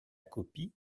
copie